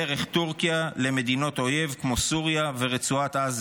דרך טורקיה, למדינות אויב כמו סוריה ורצועת עזה.